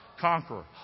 Conqueror